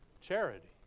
Charity